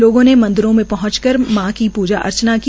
लोगों ने मंदिरों में पहंचकर मां को प्रजा अर्चनना की